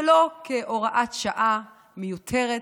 ולא כהוראת שעה מיותרת,